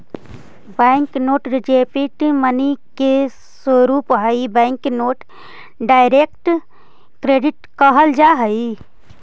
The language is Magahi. बैंक नोट रिप्रेजेंटेटिव मनी के स्वरूप हई बैंक नोट डायरेक्ट क्रेडिट कहल जा हई